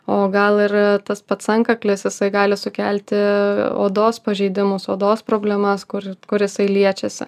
o gal ir tas pats antkaklis jisai gali sukelti odos pažeidimus odos problemas kur kur jisai liečiasi